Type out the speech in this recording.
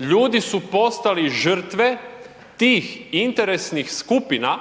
ljudi su postali žrtve tih interesnih skupina